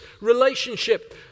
relationship